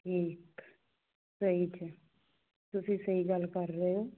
ਠੀਕ ਰਾਈਟ ਹੈ ਤੁਸੀਂ ਸਹੀ ਗੱਲ ਕਰ ਰਹੇ ਹੋ